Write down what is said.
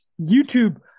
youtube